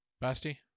Basti